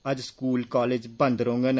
अज्ज school college बंद रौहगंन